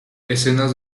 escenas